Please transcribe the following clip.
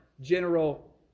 general